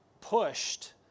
pushed